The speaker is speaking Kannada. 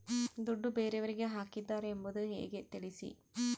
ದುಡ್ಡು ಬೇರೆಯವರಿಗೆ ಹಾಕಿದ್ದಾರೆ ಎಂಬುದು ಹೇಗೆ ತಿಳಿಸಿ?